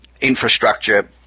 infrastructure